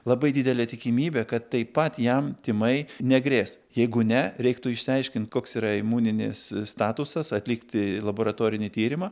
labai didelė tikimybė kad taip pat jam tymai negrės jeigu ne reiktų išsiaiškinti koks yra imuninis statusas atlikti laboratorinį tyrimą